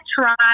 try